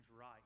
right